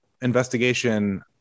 investigation